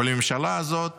ולממשלה הזאת